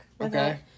Okay